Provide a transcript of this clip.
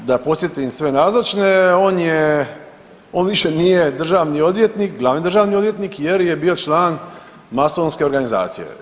Da podsjetim sve nazočne, on je on više nije državni odvjetnik, glavni državni odvjetnik jer je bio član masonske organizacije.